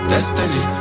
Destiny